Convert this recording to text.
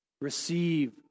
Receive